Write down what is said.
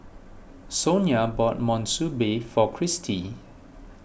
Sonja bought Monsunabe for Kristie